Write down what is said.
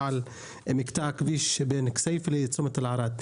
על מקטע הכביש שבין כסיפה לצומת תל ערד.